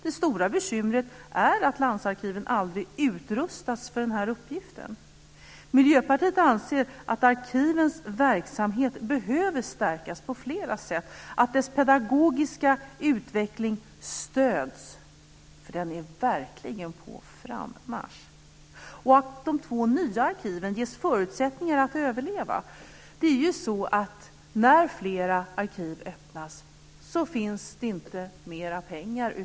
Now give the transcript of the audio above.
Det stora bekymret är att landsarkiven aldrig utrustats för den uppgiften. Miljöpartiet anser att arkivens verksamhet behöver stärkas på flera sätt och att deras pedagogiska utveckling ska stödas. Den är verkligen på frammarsch. De två nya arkiven ska ges förutsättningar att överleva. När flera arkiv öppnas finns det inte mer pengar.